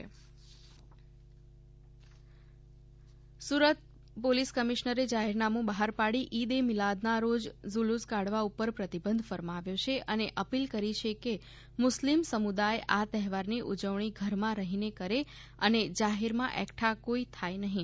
સુરત પોલીસની અપીલ સુરત પોલીસ કમિશનરે જાહેરનામુ બહાર પાડી ઈદ એ મિલાદ ના રોજ ઝુલુસ કાઢવા ઉપર પ્રતિબંધ ફરમાવ્યો છે અને અપીલ કરી છે કે મુસ્લિમ સમુદાય આ તહેવારની ઉજવણી ઘરમાં રહીને કરે અને જાહેરમાં એકઠા કોઈ થાય નહીં